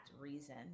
reason